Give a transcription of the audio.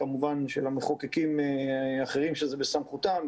וכמובן של המחוקקים האחרים שזה בסמכותם,